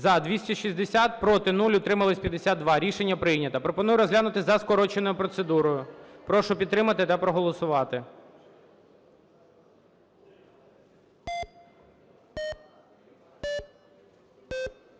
За-260 Проти – 0, утримались – 52. Рішення прийнято. Пропоную розглянути за скороченою процедурою, прошу підтримати та проголосувати.